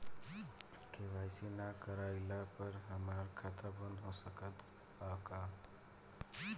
KYC ना करवाइला पर हमार खाता बंद हो सकत बा का?